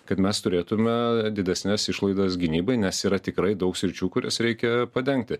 kad mes turėtume didesnes išlaidas gynybai nes yra tikrai daug sričių kurias reikia padengti